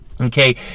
Okay